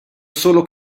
solo